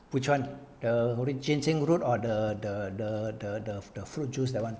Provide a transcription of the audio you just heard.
which [one] the road or the the the the the the fruit juice that [one]